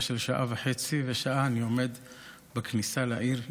הממשלה שיעמדו בחובותיהם הפרלמנטריות,